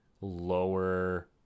lower